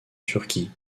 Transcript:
turquie